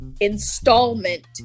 installment